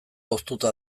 hoztuta